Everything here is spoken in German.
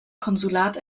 konsulat